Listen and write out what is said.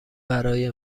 برای